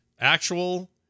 actual